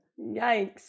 Yikes